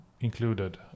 included